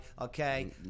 Okay